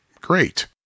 Great